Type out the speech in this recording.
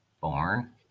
born